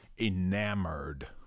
enamored